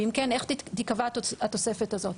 ואם כן, איך תיקבע התוספת הזו?